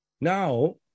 Now